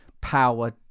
power